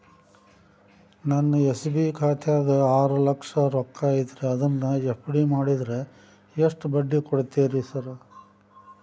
ನನ್ನ ಎಸ್.ಬಿ ಖಾತ್ಯಾಗ ಆರು ಲಕ್ಷ ರೊಕ್ಕ ಐತ್ರಿ ಅದನ್ನ ಎಫ್.ಡಿ ಮಾಡಿದ್ರ ಎಷ್ಟ ಬಡ್ಡಿ ಕೊಡ್ತೇರಿ ಸರ್?